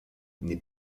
n’est